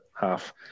half